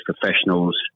professionals